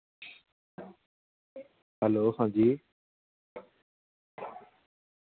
hello हां जी